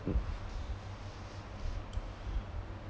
mm